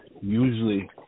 usually